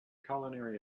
culinary